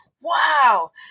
Wow